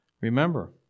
Remember